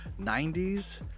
90s